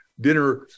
dinner